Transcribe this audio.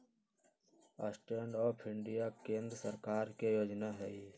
stand up India केंद्र सरकार के जोजना हइ